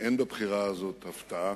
אין בבחירה הזאת הפתעה.